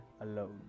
alone